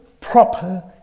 proper